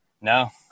No